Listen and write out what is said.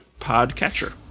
podcatcher